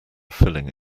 filling